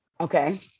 Okay